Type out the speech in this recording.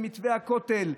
במתווה הכותל,